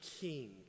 king